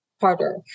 harder